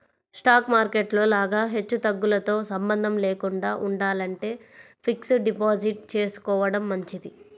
stock market లో లాగా హెచ్చుతగ్గులతో సంబంధం లేకుండా ఉండాలంటే ఫిక్స్డ్ డిపాజిట్ చేసుకోడం మంచిది